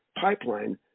pipeline